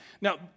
Now